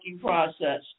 process